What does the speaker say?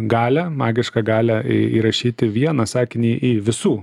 galią magišką galią įrašyti vieną sakinį į visų